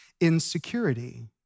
insecurity